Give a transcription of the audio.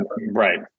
right